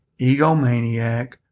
egomaniac